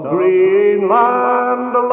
Greenland